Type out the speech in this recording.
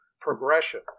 progression